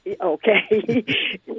Okay